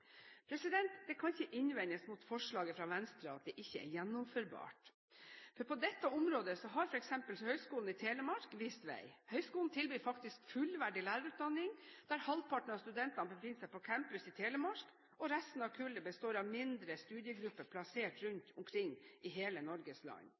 Det kan ikke innvendes mot forslaget fra Venstre at det ikke er gjennomførbart, for på dette området har f.eks. Høgskolen i Telemark vist vei. Høgskolen tilbyr faktisk fullverdig lærerutdanning, der halvparten av studentene befinner seg på campus i Telemark, og resten av kullet består av mindre studiegrupper plassert rundt omkring i hele Norges land.